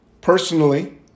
personally